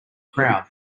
crowd